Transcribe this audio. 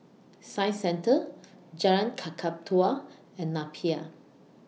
Science Centre Jalan Kakatua and Napier